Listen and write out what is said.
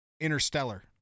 interstellar